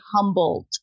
humbled